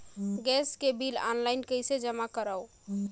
Gas के bill online कइसे जमा करव?